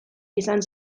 izan